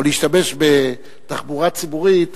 או להשתמש בתחבורה ציבורית,